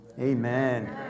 Amen